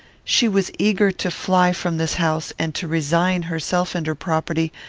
she was eager to fly from this house, and to resign herself and her property,